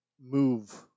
move